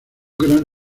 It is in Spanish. gran